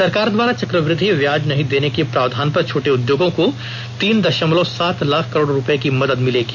सरकार द्वारा चक्रवृद्धि ब्याज नहीं लेने के प्रावधान पर छोटे उद्योगों को तीन दशमलव सात लाख करोड़ रुपये की मदद मिलेगी